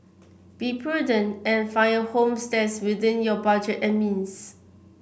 be prudent and find a home that's within your budget and means